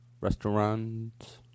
Restaurants